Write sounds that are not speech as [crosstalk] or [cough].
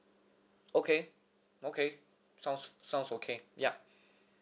okay okay sounds sounds okay ya [breath]